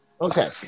Okay